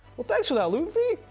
well thanks for that luffy,